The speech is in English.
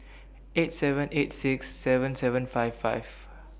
eight seven eight six seven seven five five